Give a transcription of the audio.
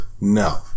No